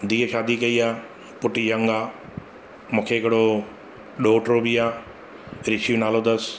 धीअ शादी कई आहे पुटु यंग आहे मूंखे हिकिड़ो ॾोहिटो बि आहे ऋषि नालो अथसि